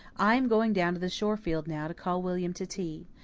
i am going down to the shore field now to call william to tea.